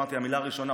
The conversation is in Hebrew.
אמרתי במילה הראשונה,